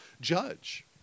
judge